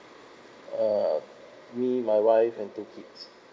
uh me my wife and two kids